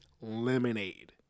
lemonade